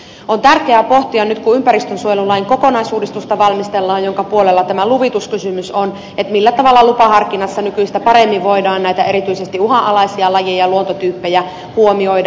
on tärkeä pohtia nyt kun valmistellaan ympäristönsuojelulain kokonaisuudistusta jonka puolella tämä luvituskysymys on millä tavalla lupaharkinnassa nykyistä paremmin voidaan näitä erityisesti uhanalaisia lajeja ja luontotyyppejä huomioida